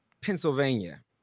Pennsylvania